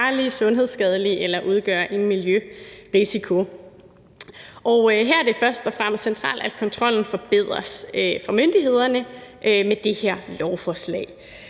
sundhedsskadelige eller udgøre en miljørisiko. Her er det først og fremmest centralt, at kontrollen fra myndighedernes side forbedres med det her lovforslag.